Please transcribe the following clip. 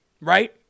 right